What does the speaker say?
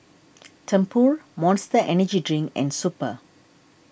Tempur Monster Energy Drink and Super